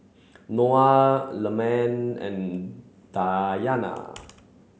Noah Leman and Dayana